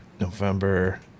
November